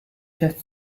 had